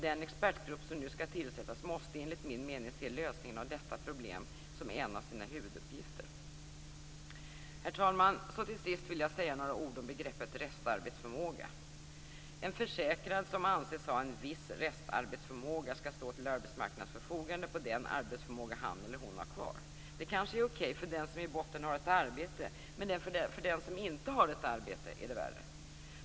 Den expertgrupp som nu skall tillsättas måste enligt min mening se lösningen av detta problem som en av sina huvuduppgifter. Herr talman! Så till sist vill jag säga några ord om begreppet restarbetsförmåga. En försäkrad som anses ha en viss restarbetsförmåga skall stå till arbetsmarknadens förfogande på den arbetsförmåga han eller hon har kvar. Det kanske är OK för den som i botten har ett arbete, men för den som inte har ett arbete är det värre.